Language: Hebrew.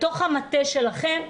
בתוך המטה שלכם,